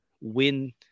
win